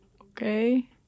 Okay